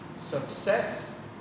success